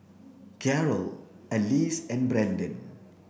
Gerold Alyse and Brendan